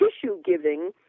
tissue-giving